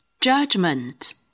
Judgment